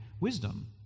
Wisdom